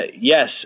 yes